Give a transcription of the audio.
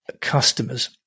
customers